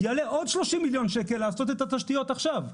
יעלה עוד 30 מיליון שקל לעשות את התשתיות עכשיו.